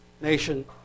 Nation